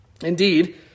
Indeed